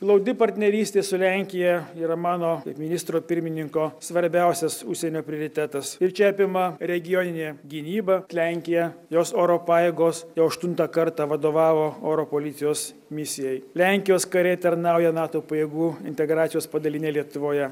glaudi partnerystė su lenkija yra mano ministro pirmininko svarbiausias užsienio prioritetas ir čia apima regioninę gynybą lenkiją jos oro pajėgos jau aštuntą kartą vadovavo oro policijos misijai lenkijos kariai tarnauja nato pajėgų integracijos padaliniai lietuvoje